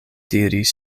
diris